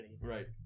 Right